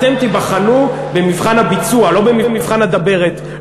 אתם תיבחנו במבחן הביצוע, לא במבחן הדברת.